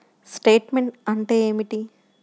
Statement అంటే ఏమిటి?